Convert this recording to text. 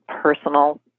personal